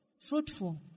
Fruitful